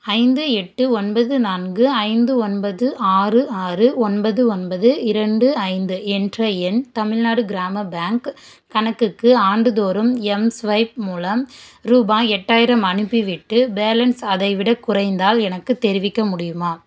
ஐந்து எட்டு ஒன்பது நான்கு ஐந்து ஒன்பது ஆறு ஆறு ஒன்பது ஒன்பது இரண்டு ஐந்து என்ற என் தமிழ்நாடு கிராம பேங்க் கணக்குக்கு ஆண்டுதோறும் எம்ஸ்வைப் மூலம் ரூபாய் எட்டாயிரம் அனுப்பிவிட்டு பேலன்ஸ் அதைவிடக் குறைந்தால் எனக்குத் தெரிவிக்க முடியுமா